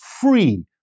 free